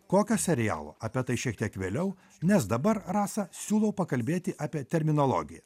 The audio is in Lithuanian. kokio serialo apie tai šiek tiek vėliau nes dabar rasa siūlo pakalbėti apie terminologiją